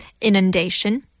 inundation